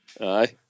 Aye